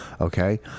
Okay